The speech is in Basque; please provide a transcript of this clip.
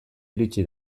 iritsi